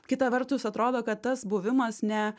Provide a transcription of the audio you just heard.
kita vertus atrodo kad tas buvimas ne